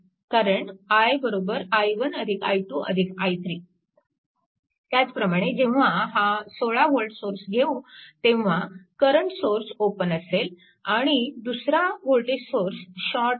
कारण i i1 i2 i3 त्याचप्रमाणे जेव्हा हा 16V सोर्स घेऊ तेव्हा करंट सोर्स ओपन असेल आणि दुसरा वोल्टेज सोर्स शॉर्ट असेल